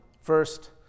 first